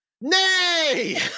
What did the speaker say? Nay